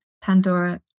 Pandora